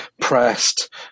pressed